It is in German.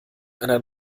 einer